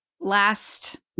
last